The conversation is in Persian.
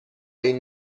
این